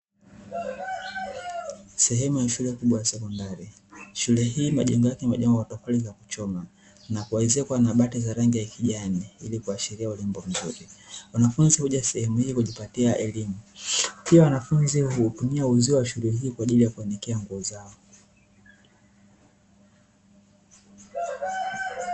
Sehemu ya shule kubwa ya sekondari, shule hii majengo yake yamejengwa kwa tofali za kuchomwa na kuezekwa na bati za rangi ya kijani ili kuashiria urembo mzuri. Wanafunzi huja sehemu hii kujipatia elimu, pia wanafunzi huutumia uzio wa shule hii kwa ajili ya kuanikia nguo zao.